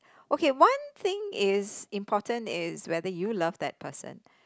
okay one thing is important is whether you love that person